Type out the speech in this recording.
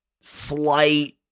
Slight